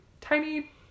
tiny